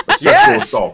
Yes